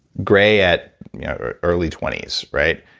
gray at early twenty s, right?